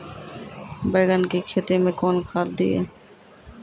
बैंगन की खेती मैं कौन खाद दिए?